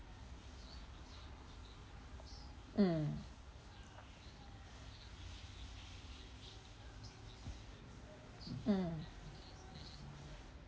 mm mm